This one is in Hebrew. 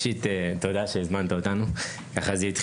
אנחנו מוזמנים לסמינרים ומקבלים עדכונים ומידע.